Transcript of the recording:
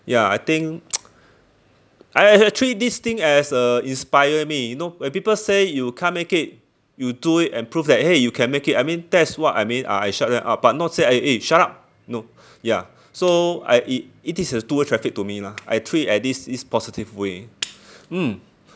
ya I think I I treat this thing as uh inspire me you know when people say you can't make it you do it and prove that !hey! you can make it I mean that's what I mean ah I shut them up but not say I eh shut up no ya so I it it is a two-way traffic to me lah I treat at this is positive way mm